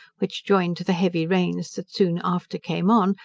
which, joined to the heavy rains that soon after came on,